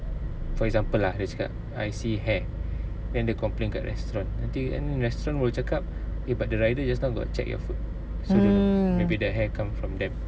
mm